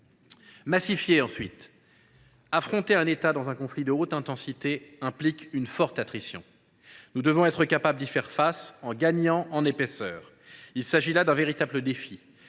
Massifier, ensuite, car affronter un État dans un conflit de haute intensité implique une forte attrition. Nous devons être capables d’y faire face en gagnant en épaisseur. Il s’agit là d’un véritable défi.